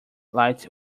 light